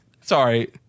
sorry